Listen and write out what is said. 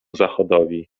zachodowi